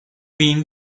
bean